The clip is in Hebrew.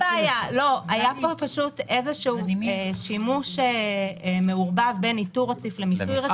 היה פה שימוש מעורבב בין ניטור לרציף ובין מיסוי רציף.